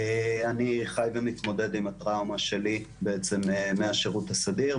אני חי ומתמודד עם הטראומה שלי בעצם מהשירות הסדיר,